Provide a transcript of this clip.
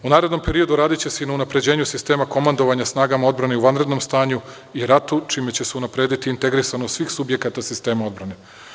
U narednom periodu radiće se i na unapređenju sistema komandovanja snagama odbrane i u vanrednom stanju i ratu, čime će se unaprediti integrisanost svih subjekata sistema odbrane.